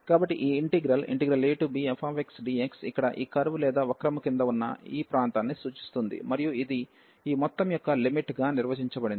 కాబట్టి ఈ integral abfxdx ఇక్కడ ఈ కర్వ్ లేదా వక్రము క్రింద ఉన్న ప్రాంతాన్ని సూచిస్తుంది మరియు ఇది ఈ మొత్తం యొక్క లిమిట్ గా నిర్వచించబడింది